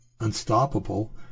unstoppable